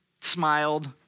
smiled